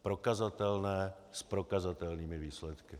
Prokazatelné, s prokazatelnými výsledky.